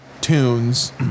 tunes